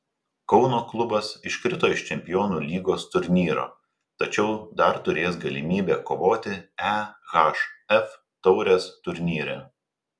kauno klubas iškrito iš čempionų lygos turnyro tačiau dar turės galimybę kovoti ehf taurės turnyre